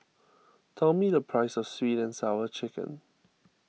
tell me the price of Sweet and Sour Chicken